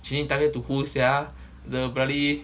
changing target to who sia the bloody